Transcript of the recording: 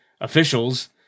officials –